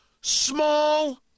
small